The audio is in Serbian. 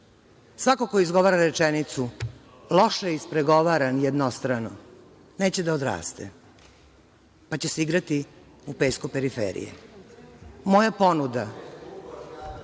Svako ko izgovara rečenicu – loše je ispregovaran jednostrano, neće da odraste, pa će se igrati u pesku periferije. Moja ponuda…(Narodni